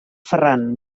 ferran